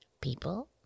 people